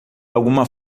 alguma